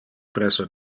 presso